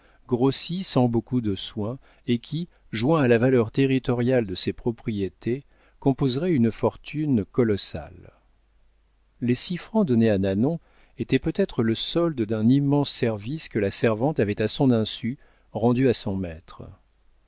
grossi sans beaucoup de soins et qui joint à la valeur territoriale de ses propriétés composerait une fortune colossale les six francs donnés à nanon étaient peut-être le solde d'un immense service que la servante avait à son insu rendu à son maître